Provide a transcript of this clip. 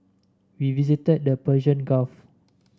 we visited the Persian Gulf